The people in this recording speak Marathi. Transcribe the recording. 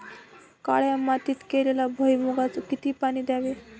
काळ्या मातीत केलेल्या भुईमूगाला किती पाणी द्यावे?